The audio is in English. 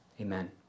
amen